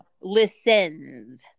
listens